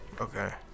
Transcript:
Okay